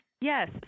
Yes